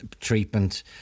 treatment